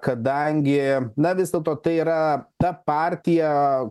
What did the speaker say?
kadangi na vis dėlto tai yra ta partija